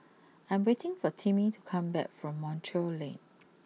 I am waiting for Timmy to come back from Montreal Link